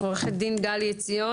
עו"ד גלי עציון.